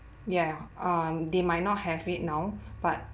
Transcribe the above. ya um they might not have it now but